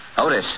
Otis